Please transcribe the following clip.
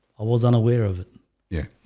i was unaware of it yeah,